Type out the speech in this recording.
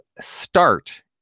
start